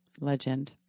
legend